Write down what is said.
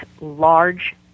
large